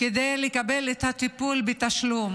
לקבל את הטיפול בתשלום,